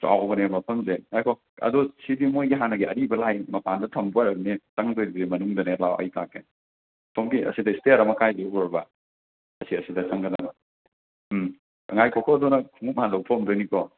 ꯆꯥꯎꯕꯅꯦ ꯃꯐꯝꯁꯤ ꯉꯥꯏꯈꯣ ꯑꯗꯣ ꯁꯤꯗꯤ ꯃꯣꯏꯒꯤ ꯍꯥꯟꯅꯒꯤ ꯑꯔꯤꯕ ꯂꯥꯏ ꯃꯄꯥꯟꯗ ꯊꯝꯕ ꯑꯣꯏꯔꯝꯅꯤ ꯆꯪꯗꯣꯏꯗꯤ ꯃꯅꯨꯡꯗꯅꯦ ꯂꯥꯑꯣ ꯑꯩ ꯇꯥꯛꯀꯦ ꯁꯣꯝꯒꯤ ꯑꯁꯤꯗ ꯁ꯭ꯇ꯭ꯌꯦꯔ ꯑꯃ ꯀꯔꯤꯁꯦ ꯎꯔꯕ ꯑꯁꯦ ꯑꯁꯤꯗ ꯆꯪꯒꯗꯕ ꯎꯝ ꯉꯥꯏꯈꯣꯀꯣ ꯑꯗꯣ ꯅꯪ ꯈꯣꯡꯉꯨꯞ ꯍꯥꯟꯅ ꯂꯧꯊꯣꯛꯑꯝꯗꯣꯏꯅꯤꯀꯣ